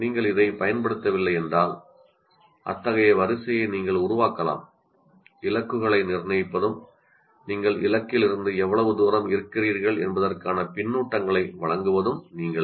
நீங்கள் இதைப் பயன்படுத்தவில்லை என்றால் அத்தகைய வரிசையை நீங்கள் உருவாக்கலாம் இலக்குகளை நிர்ணயிப்பதும் நீங்கள் இலக்கிலிருந்து எவ்வளவு தூரம் இருக்கிறீர்கள் என்பதற்கான பின்னூட்டங்களை வழங்குவதும் நீங்களே